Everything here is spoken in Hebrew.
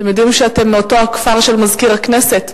אתם יודעים שאתם מאותו הכפר של סגן מזכירת הכנסת,